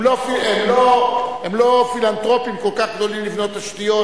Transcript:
הם לא פילנתרופים כל כך גדולים לבנות תשתיות